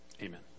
Amen